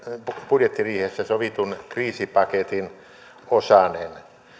budjettiriihessä sovitun kriisipaketin osanen